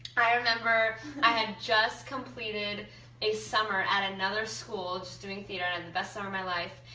i remember i had just completed a summer at another school just doing theater, and the best summer of my life.